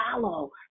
follow